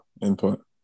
input